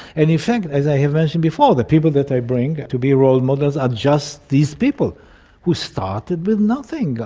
and in fact, as i have mentioned before, the people that i bring to be role models are just these people who started with nothing.